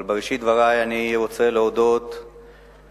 אבל בראשית דברי אני רוצה להודות להרבה,